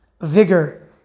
vigor